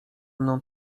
mną